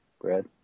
Brad